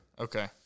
Okay